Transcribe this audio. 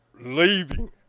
leaving